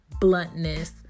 bluntness